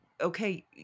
okay